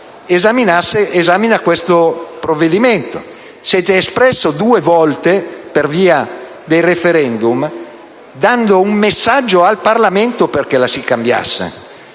esamina questo provvedimento. Si è già espressa due volte per via dei *referendum*, dando un messaggio al Parlamento perché si cambiasse